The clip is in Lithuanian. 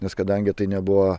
nes kadangi tai nebuvo